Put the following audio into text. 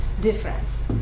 difference